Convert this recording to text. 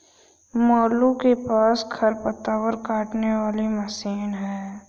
मोलू के पास खरपतवार काटने वाली मशीन है